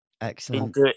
Excellent